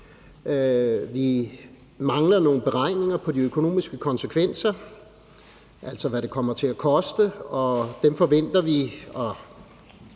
Vi mangler nogle beregninger på de økonomiske konsekvenser, altså hvad det kommer til at koste, og det forventer vi